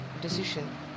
decision